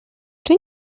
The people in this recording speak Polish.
czy